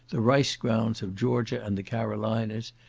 the rice grounds of georgia and the carolinas,